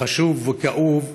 חשוב וכאוב,